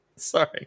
sorry